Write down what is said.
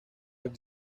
have